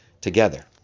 together